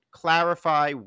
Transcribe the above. clarify